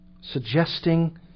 suggesting